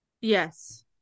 Yes